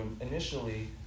initially